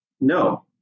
no